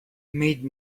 made